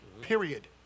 period